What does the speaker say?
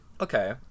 okay